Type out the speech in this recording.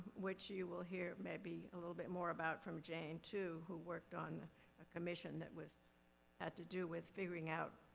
which you will hear maybe a little bit more about from jane, too, who worked on a commission that had to do with figuring out